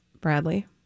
Bradley